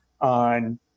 on